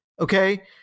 Okay